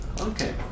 Okay